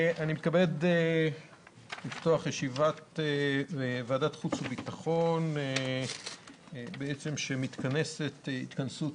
אני מתכבד לפתוח את ישיבת ועדת החוץ והביטחון שמתכנסת התכנסות